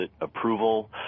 approval